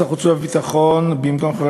הנכם מוזמנים